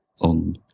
on